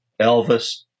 Elvis